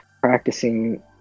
practicing